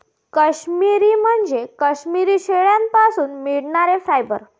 काश्मिरी म्हणजे काश्मिरी शेळ्यांपासून मिळणारे फायबर